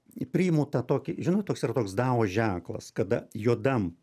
priimu tą tokį žinot toks yra toks dao ženklas kada juodam